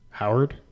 Howard